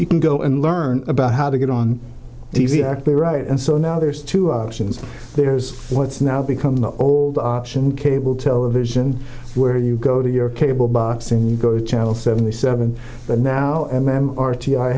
you can go and learn about how to get on the right and so now there's two options there's what's now become the old option cable television where you go to your cable box and you go to channel seventy seven but now and then r t